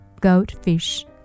goldfish